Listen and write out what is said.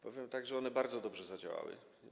Powiem tak: one bardzo dobrze zadziałały.